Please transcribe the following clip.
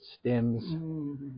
stems